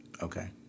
Okay